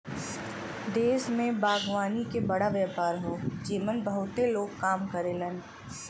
देश में बागवानी के बड़ा व्यापार हौ जेमन बहुते लोग काम करलन